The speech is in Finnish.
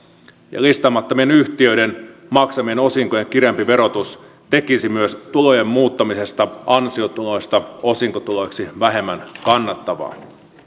ja listaamattomien yhtiöiden maksamien osinkojen kireämpi verotus tekisi myös tulojen muuttamisesta ansiotuloista osinkotuloiksi vähemmän kannattavaa